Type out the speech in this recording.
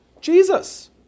Jesus